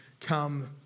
come